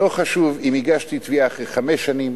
לא חשוב אם הגשתי תביעה אחרי חמש שנים,